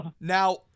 Now